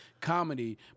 comedy